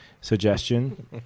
Suggestion